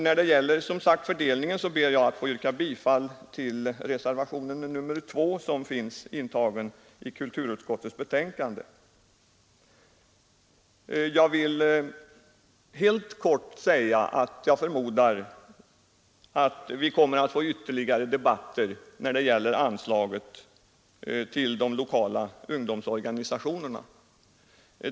När det gäller fördelningen ber jag således att få yrka bifall till reservationen 2 i kulturutskottets betänkande. Vidare vill jag helt kortfattat säga att jag förmodar att vi kommer att få ytterligare debatter om storleken av anslaget till de lokala ungdomsorganisationerna.